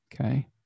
Okay